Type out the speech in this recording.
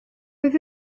oedd